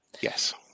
Yes